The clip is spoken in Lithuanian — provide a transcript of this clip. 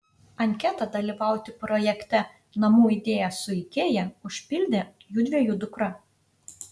anketą dalyvauti projekte namų idėja su ikea užpildė judviejų dukra